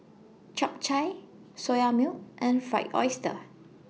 Chap Chai Soya Milk and Fried Oyster